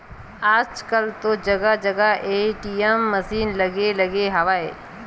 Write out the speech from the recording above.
आजकल तो जगा जगा ए.टी.एम मसीन लगे लगे हवय